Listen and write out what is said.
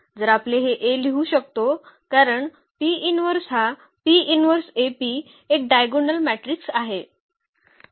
जर आपण हे A लिहू शकतो कारण हा एक डायगोनल मॅट्रिक्स आहे